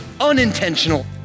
unintentional